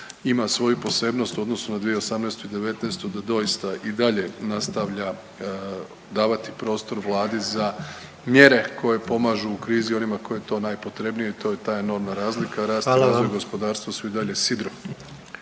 ima svoju posebnost u odnosu na 2018. i devetnaestu, da doista i dalje nastavlja davati prostor Vladi za mjere koje pomažu u krizi onima kojima je to najpotrebnije i to je ta enormna razlika. …/Upadica predsjednik: